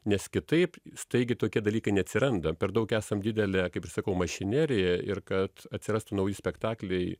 nes kitaip staigiai tokie dalykai neatsiranda per daug esam didelė kaip sakau mašinerija ir kad atsirastų nauji spektakliai